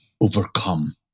overcome